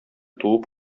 туып